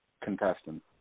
contestant